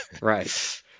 Right